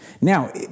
Now